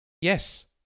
yes